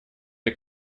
для